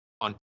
on